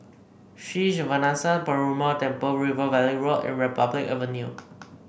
Sri Srinivasa Perumal Temple River Valley Road and Republic Avenue